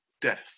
death